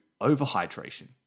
overhydration